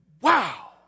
wow